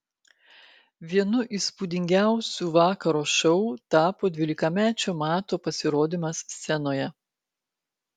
vienu įspūdingiausių vakaro šou tapo dvylikamečio mato pasirodymas scenoje